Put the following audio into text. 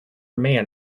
man